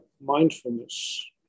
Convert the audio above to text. mindfulness